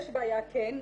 יש בעיה כן,